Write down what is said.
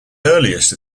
earliest